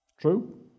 True